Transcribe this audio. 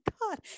God